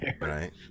right